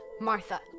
Martha